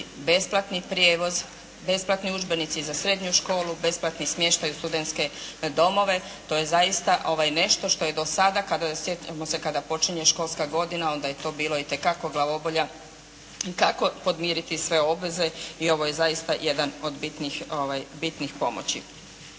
besplatni prijevoz, besplatni udžbenici za srednju školu, besplatni smještaj u studenske domove, to je zaista nešto što je do sada kada sjetimo se, kada počinje školska godina onda je to bilo itekako glavobolja kako podmiriti sve obveze i ovo je zaista jedan od bitnih pomoći.